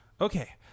Okay